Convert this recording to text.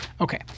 Okay